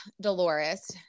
Dolores